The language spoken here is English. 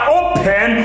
open